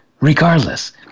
regardless